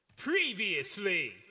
Previously